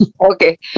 Okay